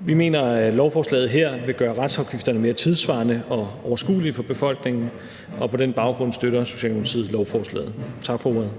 Vi mener, at lovforslaget her vil gøre retsafgifterne mere tidssvarende og overskuelige for befolkningen, og på den baggrund støtter Socialdemokratiet lovforslaget. Tak for ordet.